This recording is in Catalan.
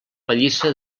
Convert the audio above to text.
pallissa